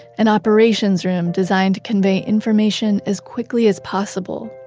an operations room designed to convey information as quickly as possible.